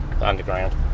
underground